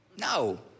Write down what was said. No